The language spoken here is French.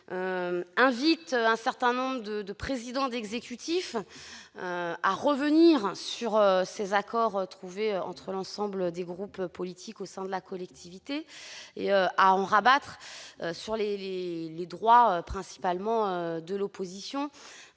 invite un certain nombre de présidents d'exécutif à revenir sur ces accords trouvés entre tous les groupes politiques de la collectivité et à en rabattre sur les droits, principalement de l'opposition.